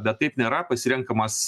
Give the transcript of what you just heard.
bet taip nėra pasirenkamas